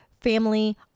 family